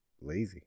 lazy